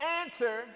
answer